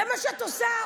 זה מה שאת עושה,